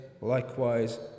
likewise